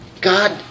God